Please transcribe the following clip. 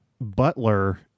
Butler